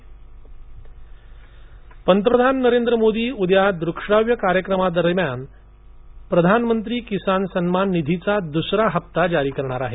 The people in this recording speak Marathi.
पंतप्रधान पंतप्रधान नरेंद्र मोदी उद्या दृकश्राव्य कार्यक्रमादरम्यान प्रधानमंत्री किसान सम्मान निधीचा दुसरा हप्ता जारी करणार आहेत